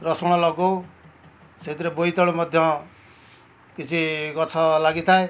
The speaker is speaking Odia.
ରସୁଣ ଲଗାଉ ସେଇଥିରେ ବୋଇତାଳୁ ମଧ୍ୟ କିଛି ଗଛ ଲାଗିଥାଏ